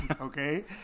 Okay